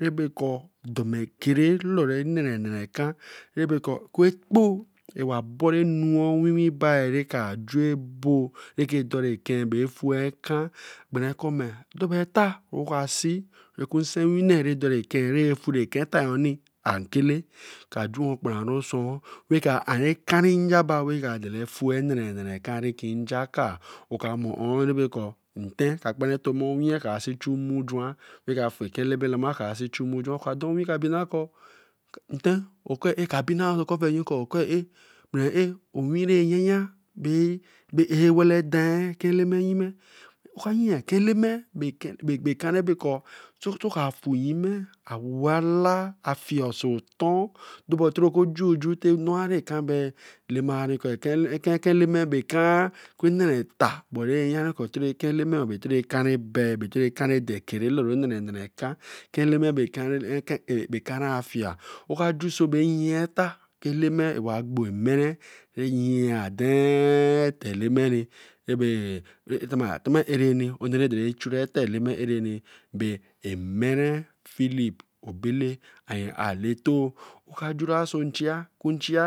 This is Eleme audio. abeko de me kere lo ni nere karan abekor ku ekpo ba bo nwiwinbi ra ka ju abo ra kae dorinke wa kan. dabo eta ra ka see. kusewine ra fu akan eta ane are kele kajuan okparawo osun raka aru ekan njabu raka dala fue nnre nera ekan rae kparo toma owiyen ko" see chi mmu juan" ra ka fun ekan eleme lama ka a see chu mmu jua. oka dan owin ka bina ko. nten so koffea agin oko eah. owi ye yeyan. Toro ko jo teka noon ebe lemq eken elema bai ekan kunereta but ra yo toro ekan eleme bae ekani ebe edo keire noru neru ekan. ekan efeme bae ekan rafia. teme erani. onee ŕa bera chure eta ereni bae emere philip obelle aye ah aletoo. oka jira so nchia, kun nchia